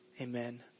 Amen